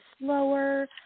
slower